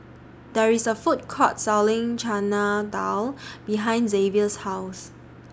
There IS A Food Court Selling Chana Dal behind Xavier's House